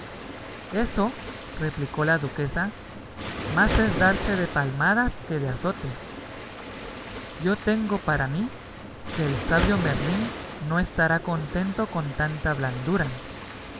eso replicó la duquesa más es darse de palmadas que de azotes yo tengo para mí que el sabio merlín no estará contento con tanta blandura